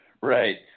right